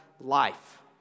life